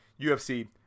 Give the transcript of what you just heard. UFC